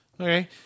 Okay